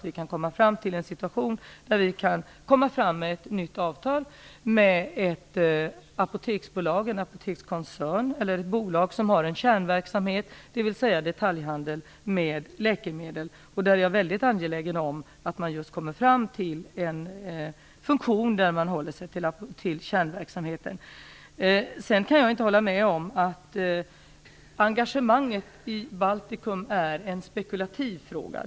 Vi vill komma fram till en situation där vi kan få ett nytt avtal med ett apoteksbolag, en apotekskoncern eller ett bolag som har en kärnverksamhet, dvs. detaljhandel, med läkemedel. Jag är väldigt angelägen om att man kommer fram till en funktion där man håller sig till kärnverksamheten. Jag kan inte hålla med om att engagemanget i Baltikum är en spekulativ fråga.